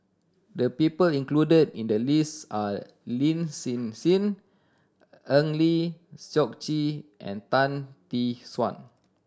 the people included in the list are Lin Hsin Hsin Eng Lee Seok Chee and Tan Tee Suan